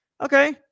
okay